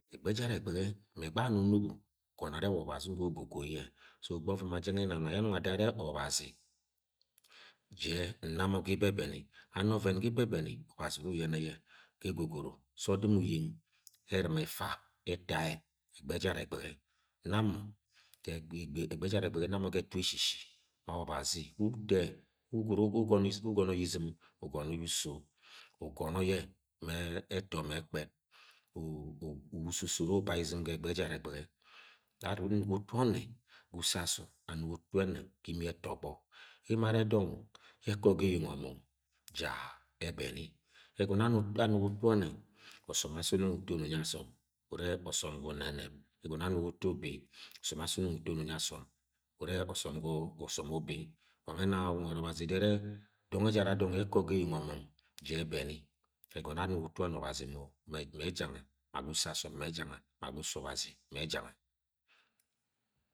Egbege ejara egbege, ma egbe anono bo gọnọ arẹ wa obazi ure uru ugo goi ye so gbe oven ma jang enana ye, anung adoro anẹ obazi jẹ namọ ga ibẹbẹm, ama ọven ga ibẹbẹm obazi uru uyene ye ga egogoro sẹ odtm uyeng ertma efa efa yẹ ẹgbege ejara egbege, egbege ejara egbege na mo ga ẹtu ye eshishi ma obazi wẹ uto yẹ wo gọrọgọ ye ma-a ẹto ma ẹkpẹt u-u-uwa ususo uru bai ye iztm ga egbege ejara egbege da nu nu go utu ọme ga uso asọm anugo utu aneb ga ime ẹtọ ogbo emo are dong ye akọ ga eyeng omung jo ebeni egọnọ anu anugo utu ọnnẹ ọsọm asi nung uton umyi. asom une osom gmo umineb egono anugo utu ubi osom asi nung uton ungi asom une ọsọm gwo wa ọsọm ubi, wange ena nwed obazi edoro ene dọng ejara dong ne eko ga eyeng omung ja ebeni egono amugo utu onme obazi mẹ ejanga ga uso asọm mẹ ẹjamga ma gu uso obazi me e janga.